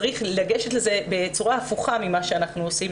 צריך לגשת לזה בצורה הפוכה ממה שאנחנו עושים.